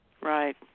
Right